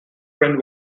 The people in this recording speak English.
print